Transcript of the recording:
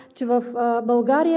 че в България